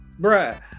bruh